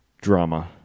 drama